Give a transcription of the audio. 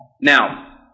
Now